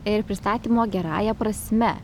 ir pristatymo gerąja prasme